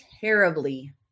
terribly